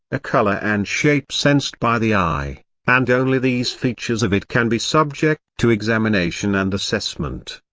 a colour and shape sensed by the eye and only these features of it can be subject to examination and assessment.